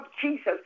Jesus